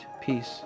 peace